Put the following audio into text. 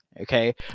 Okay